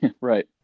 Right